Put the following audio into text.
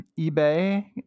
eBay